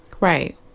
Right